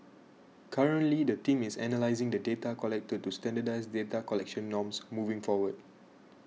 currently the team is analysing the data collected to standardise data collection norms moving forward